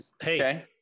hey